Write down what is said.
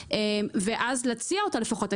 ואז להציע אותה לפחות.